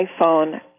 iPhone